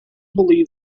believed